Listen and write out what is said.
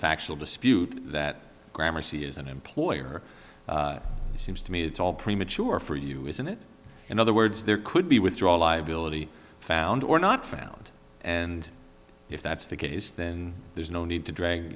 factual dispute that grammar c is an employer seems to me it's all premature for you isn't it in other words there could be withdraw liability found or not found and if that's the case then there's no need to drag